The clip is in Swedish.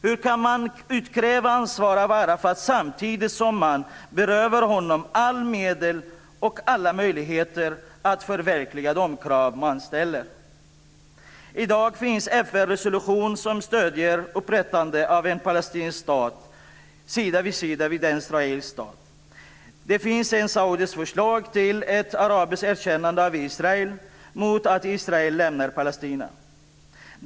Hur kan man utkräva ansvar av Arafat samtidigt som man berövar honom alla medel och möjligheter att uppfylla de krav som ställs? I dag finns en FN-resolution som stöder upprättande av en palestinsk stat sida vid sida med den israeliska staten. Det finns ett saudiskt förslag till ett arabiskt erkännande av Israel mot att Israel lämnar Palestina.